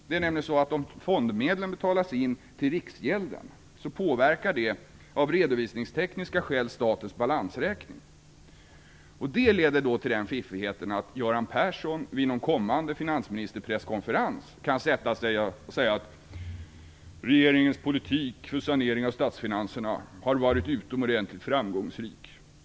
Det är nämligen så att om fondmedlen betalas in till Riksgäldskontoret påverkar det av redovisningstekniska skäl statens balansräkning, och det leder till den fiffigheten att Göran Persson vid någon kommande finansministerpresskonferens kan säga: Regeringens politik för sanering av statsfinanserna har varit utomordentligt framgångsrik.